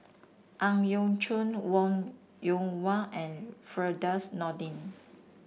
Ang Yau Choon Wong Yoon Wah and Firdaus Nordin